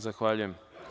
Zahvaljujem.